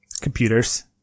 computers